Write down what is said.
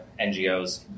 NGOs